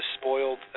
spoiled